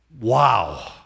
wow